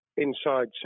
inside